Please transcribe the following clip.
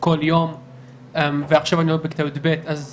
כל יום ועכשיו בכיתה י"ב אני